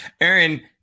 Aaron